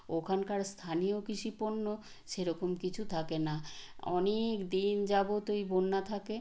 ওখানকার স্থানীয় কৃষি পণ্য সেরকম কিছু থাকে না অনেক দিন যাবত ওই বন্যা থাকে